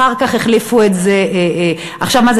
אחר כך החליפו את זה, עכשיו מה זה?